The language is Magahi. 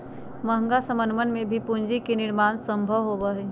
महंगा समनवन से भी पूंजी के निर्माण सम्भव होबा हई